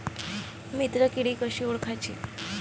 मित्र किडी कशी ओळखाची?